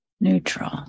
neutral